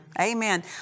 Amen